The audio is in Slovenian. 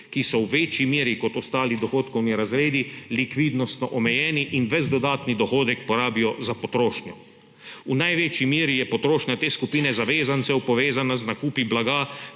ki so v večji meri kot ostali dohodkovni razredi likvidnostno omejeni in ves dodatni dohodek porabijo za potrošnjo. V največji meri je potrošnja te skupine zavezancev povezana z nakupi blaga,